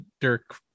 Dirk